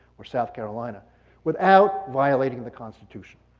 or south carolina without violating the constitution.